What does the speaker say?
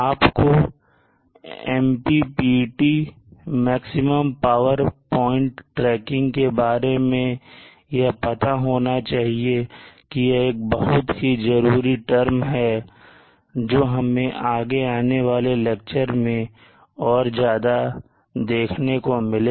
आपको MPPT maximum power point tracking के बारे में यह पता होना चाहिए कि यह एक बहुत ही जरूरी term है जो हम आगे आने वाले लेक्चर में और ज्यादा देखेंगे